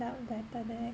out better than